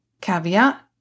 Caveat